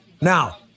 Now